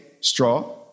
straw